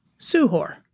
Suhor